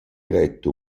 eretto